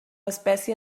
espècie